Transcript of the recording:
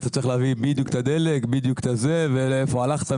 אתה צריך להביא בדיוק את הדלק ולאיפה הלכת,